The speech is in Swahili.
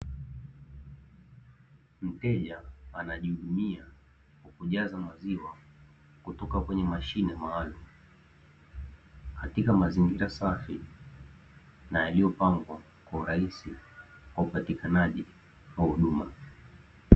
Mteja anajihudumia kwa kujaza maziwa kutoka kwenye mashine maalumu, katika mazingira safi ana yaliyopangwa kwa urahisi kwa upatikanaji wa huduma.